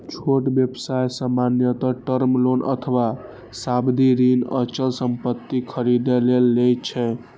छोट व्यवसाय सामान्यतः टर्म लोन अथवा सावधि ऋण अचल संपत्ति खरीदै लेल लए छै